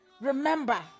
Remember